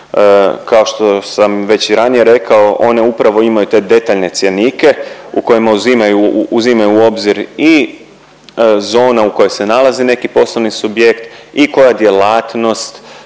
Kao što sam već i ranije rekao, one upravo imaju te detaljne cjenike u kojima uzimaju u obzir i zone u kojima se nalazi neki poslovni subjekt i koja djelatnost